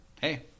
hey